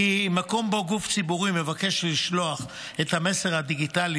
כי מקום שבו גוף ציבורי מבקש לשלוח את המסר הדיגיטלי